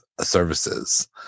services